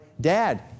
Dad